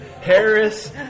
Harris